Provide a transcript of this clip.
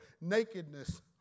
nakedness